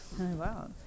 Wow